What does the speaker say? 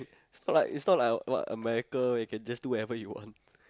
it's not like it's not like what America you can just do whatever you want